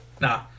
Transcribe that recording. Nah